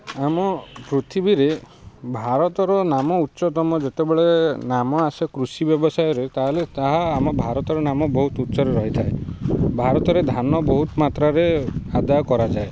ଆମ ପୃଥିବୀରେ ଭାରତର ନାମ ଉଚ୍ଚତମ ଯେତେବେଳେ ନାମ ଆସେ କୃଷି ବ୍ୟବସାୟରେ ତାହେଲେ ତାହା ଆମ ଭାରତର ନାମ ବହୁତ ଉଚ୍ଚରେ ରହିଥାଏ ଭାରତରେ ଧାନ ବହୁତ ମାତ୍ରାରେ ଆଦାୟ କରାଯାଏ